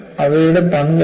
അവയുടെ പങ്ക് എന്താണ്